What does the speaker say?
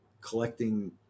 collecting